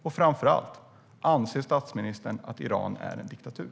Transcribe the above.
Och framför allt: Anser statsministern att Iran är en diktatur?